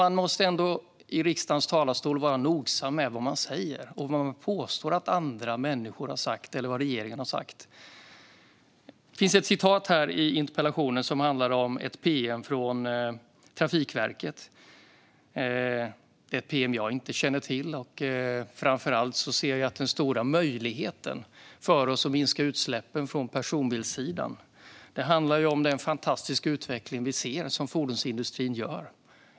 Man måste ändå i riksdagens talarstol vara noga med vad man säger och vad man påstår att andra människor har sagt eller vad regeringen har sagt. Det finns ett citat i interpellationen som handlar om ett pm från Trafikverket. Det är ett pm som jag inte känner till. Framför allt ser jag att den stora möjligheten för oss att minska utsläppen från personbilssidan handlar om den fantastiska utveckling som vi ser inom fordonsindustrin.